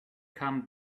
come